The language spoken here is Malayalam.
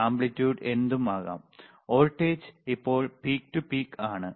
ആംപ്ലിറ്റ്യൂഡ് എന്തും ആകാം വോൾട്ടേജ് ഇപ്പോൾ പീക്ക് ടു പീക്ക് ആണ്